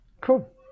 Cool